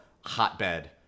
hotbed